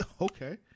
Okay